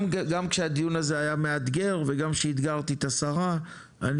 גם כשהדיון הזה היה מאתגר וגם כשאתגרתי את השרה אני